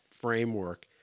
framework